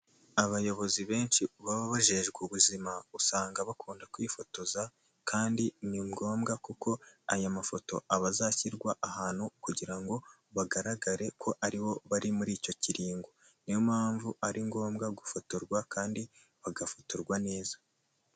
Abayobozi benshi baba bajejwe ubuzima usanga bakunda kwifotoza, kandi ni ngombwa kuko aya mafoto aba azashyirwa ahantu kugirango bagaragare ko ari bo bari muri icyo kiringo. Niyo mpamvu ari ngombwa gufotorwa kandi bagafotorwa neza.